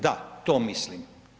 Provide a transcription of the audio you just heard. Da, to mislim.